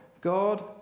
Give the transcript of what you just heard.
God